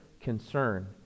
concern